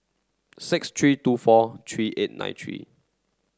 six three two four three eight nine three